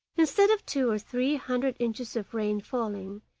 instead of two or three hundred inches of rain falling,